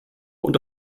und